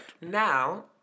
Now